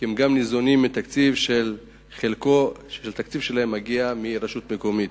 כי גם הם ניזונים מתקציב שמגיע מהרשות המקומית.